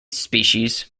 species